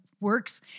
works